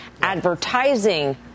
advertising